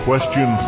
Question